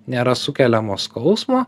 nėra sukeliamo skausmo